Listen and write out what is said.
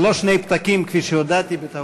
זה לא שני פתקים כפי שהודעתי בטעות.